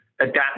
adapt